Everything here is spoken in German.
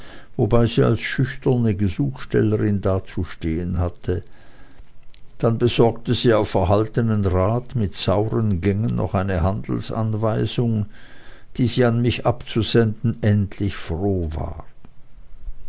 wobei sie als schüchterne gesuchstellerin dazustehen hatte dann besorgte sie auf erhaltenen rat mit sauren gängen noch eine handelsanweisung die sie an mich abzusenden endlich froh war